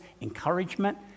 encouragement